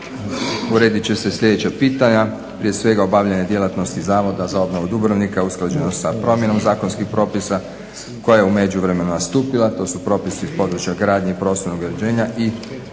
uredit će se sljedeća pitanja, prije svega obavljanje djelatnosti Zavoda za obnovu Dubrovnika usklađeno sa promjenom zakonskih propisa koja je u međuvremenu nastupila. To su propisi iz područja gradnje i prostornog uređenja i